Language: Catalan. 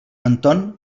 anton